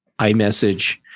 iMessage